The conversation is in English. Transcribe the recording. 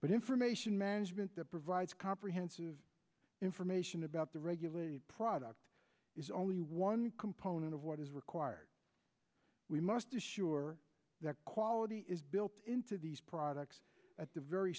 but information management that provides comprehensive information about the regulated product is only one component of what is required we must assure that quality is built into these products at the very